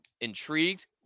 intrigued